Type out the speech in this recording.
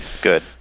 Good